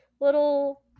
little